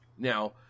Now